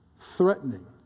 threatening